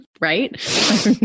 right